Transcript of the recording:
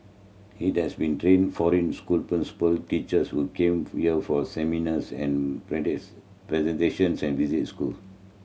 it has been train foreign school principal teachers who come here for seminars and presentations and visit school